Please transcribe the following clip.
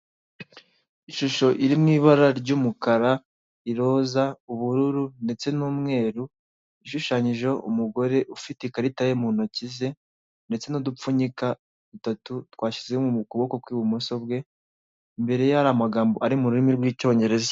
Ishusho iri mu ibara ry'umukara, iroza, ubururu ndetse n'umweru ishushanyijeho umugore ufite ikarita ye mu ntoki ze ndetse n'udupfunyika dutatu twashyize mu kuboko kw'ibumoso bwe, imbere ye haari amagambo ari mu rurimi rw'icyongereza.